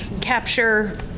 capture